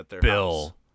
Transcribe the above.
Bill